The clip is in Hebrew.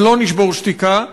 אז לא נשמור שתיקה.